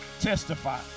Testify